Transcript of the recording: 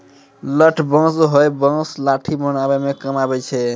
लठ बांस हैय बांस लाठी बनावै म काम आबै छै